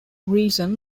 reason